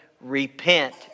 repent